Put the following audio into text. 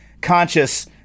conscious